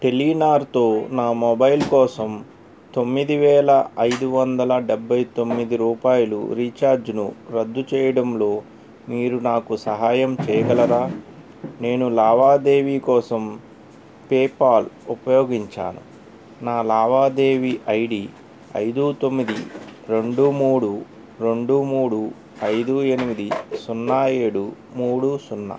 టెలీనార్తో నా మొబైల్ కోసం తొమ్మిది వేల ఐదు వందల డెబ్బై తొమ్మిది రూపాయలు రీఛార్జ్ను రద్దు చేయడంలో మీరు నాకు సహాయం చేయగలరా నేను లావాదేవీ కోసం పేపాల్ ఉపయోగించాను నా లావాదేవీ ఐ డీ ఐదు తొమ్మిది రెండు మూడు రెండు మూడు ఐదు ఎనిమిది సున్నా ఏడు మూడు సున్నా